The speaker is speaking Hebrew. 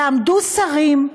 ועמדו שרים,